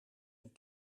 een